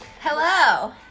Hello